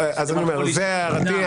זאת הערתי.